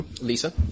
Lisa